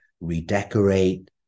redecorate